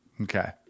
Okay